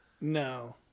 no